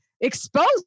exposed